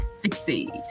succeed